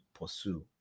pursue